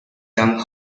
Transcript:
young